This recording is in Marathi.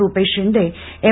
रुपेश शिंदे एम